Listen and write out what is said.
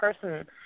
person